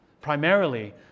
primarily